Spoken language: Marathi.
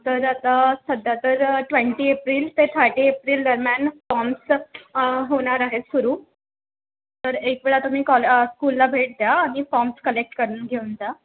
तर आता सध्या तर ट्वेंटी एप्रिल ते थर्टी एप्रिल दरम्यान फॉर्म्स होणार आहे सुरु तर एक वेळा तुम्ही कॉल स्कूलला भेट द्या आणि फॉर्म्स कलेक्ट करून घेऊन जा